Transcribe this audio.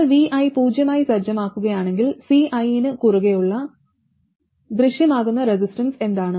നിങ്ങൾ vi പൂജ്യമായി സജ്ജമാക്കുകയാണെങ്കിൽ C1 ന് കുറുകെയുള്ള ദൃശ്യമാകുന്ന റെസിസ്റ്റൻസ് എന്താണ്